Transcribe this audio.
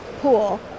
pool